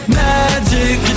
magic